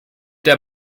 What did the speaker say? der